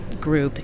group